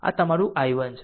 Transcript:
તો આ તમારું i1 છે